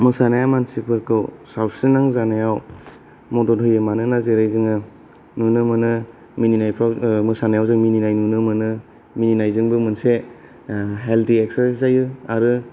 मोसानाया मानसिफोरखौ सावस्रिनां जानायाव मदद होयो मानोना जेरै जोंयो नुनो मोनो मिनिनायफ्राव मोसानायाव जों मिनिनाय नुनो मोनो मिनिनायजोंबो मोनसे हेलडि एगसार्सायस जायो आरो